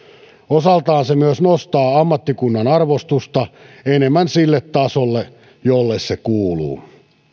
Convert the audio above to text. osaltaan se myös nostaa ammattikunnan arvostusta enemmän sille tasolle jolle se kuuluu